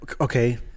Okay